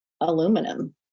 aluminum